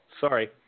sorry